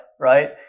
right